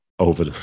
Over